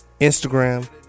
Instagram